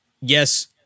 yes